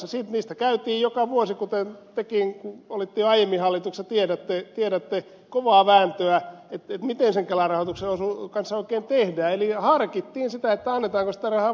sitten käytiin joka vuosi kuten tekin tiedätte kun olitte jo aiemmin hallituksessa kovaa vääntöä siitä miten sen kelarahoituksen kanssa oikein tehdään eli harkittiin sitä annetaanko sitä rahaa vai ei